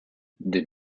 des